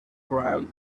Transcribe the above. ground